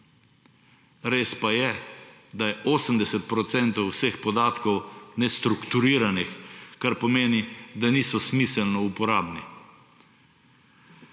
Res pa je, da je 80 % vseh podatkov nestrukturiranih, kar pomeni, da niso smiselno uporabni.